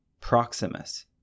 Proximus